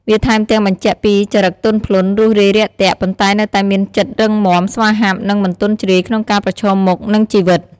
វាថែមទាំងបញ្ជាក់ពីចរិតទន់ភ្លន់ រួសរាយរាក់ទាក់ ប៉ុន្តែនៅតែមានចិត្តរឹងមាំ ស្វាហាប់ និងមិនទន់ជ្រាយក្នុងការប្រឈមមុខនឹងជីវិត។